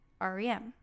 REM